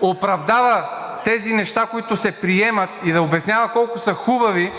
да оправдава тези неща, които се приемат, и да обяснява колко са хубави